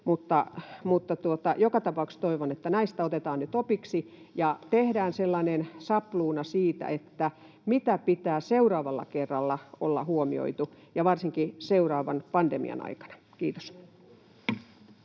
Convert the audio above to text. Joka tapauksessa toivon, että näistä otetaan nyt opiksi ja tehdään sellainen sapluuna siitä, mitä pitää seuraavalla kerralla olla huomioituna, ja varsinkin seuraavan pandemian aikana. — Kiitos.